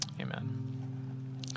Amen